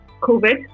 COVID